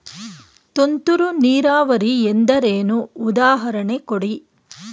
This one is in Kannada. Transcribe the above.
ತುಂತುರು ನೀರಾವರಿ ಎಂದರೇನು, ಉದಾಹರಣೆ ಕೊಡಿ?